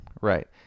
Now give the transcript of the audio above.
right